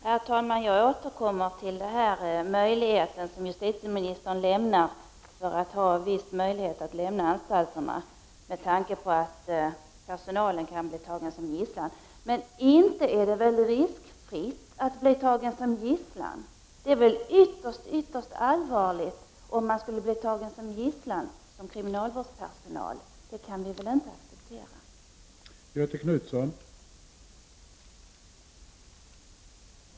Herr talman! Jag vill återanknyta till det som justitieministern nämnde om att man skall ha en viss möjlighet att lämna anstalterna med tanke på risken för personalen att bli tagen som gisslan. Det är inte riskfritt att bli tagen som gisslan. Det vore ytterst allvarligt att som kriminalvårdspersonal bli tagen som gisslan. Det kan vi inte acceptera, men andra skyddsåtgärder måste vidtagas än att öka flyktmöjligheterna för brottslingar.